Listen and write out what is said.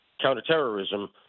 counterterrorism